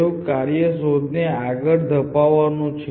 તેનું કાર્ય શોધને આગળ ધપાવવાનું છે